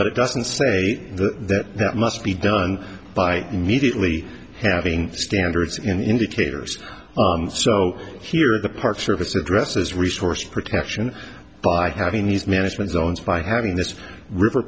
but it doesn't say that that must be done by immediately having standards indicators so here the park service addresses resource protection by having these management zones by having this river